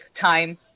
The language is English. time